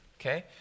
Okay